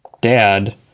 dad